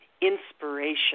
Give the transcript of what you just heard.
inspiration